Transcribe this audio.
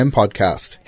podcast